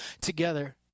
together